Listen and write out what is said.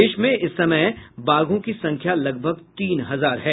देश में इस समय बाघों की संख्या लगभग तीन हजार है